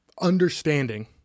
understanding